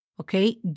okay